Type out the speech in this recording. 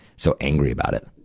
so angry about it.